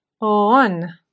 on